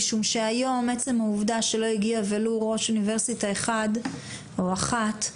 משום שהיום עצם העובדה שלא הגיעו ולו ראש אוניברסיטה אחד או אחת,